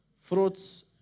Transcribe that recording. fruits